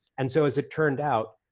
and so as it turned out,